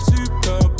Super